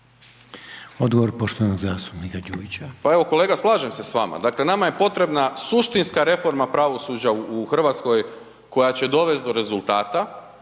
Odgovor poštovanog zastupnika Đujića. **Đujić, Saša (SDP)** Pa evo kolega, slažem se s vama, dakle, nama je potrebna suštinska reforma pravosuđa u Hrvatskoj koja će dovesti do rezultata